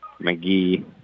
McGee